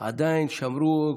הם עדיין שמרו,